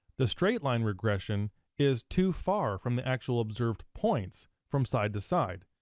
the straight line regression is too far from the actual observed points from side to side.